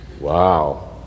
Wow